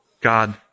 God